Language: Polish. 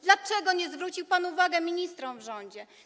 Dlaczego nie zwrócił pan uwagi ministrom w rządzie?